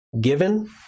given